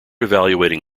evaluating